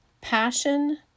passion